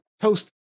toast